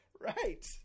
Right